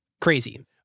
Crazy